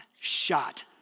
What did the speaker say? shot